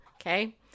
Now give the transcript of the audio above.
okay